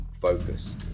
focus